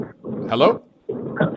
Hello